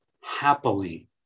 happily